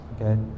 okay